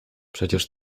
przecież